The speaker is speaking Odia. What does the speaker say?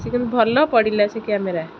ସେ କିନ୍ତୁ ଭଲ ପଡ଼ିଲା ସେ କ୍ୟାମେରା